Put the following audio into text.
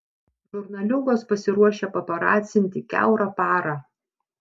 žurnaliūgos pasiruošę paparacinti kiaurą parą